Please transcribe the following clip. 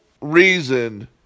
reason